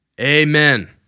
Amen